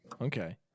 Okay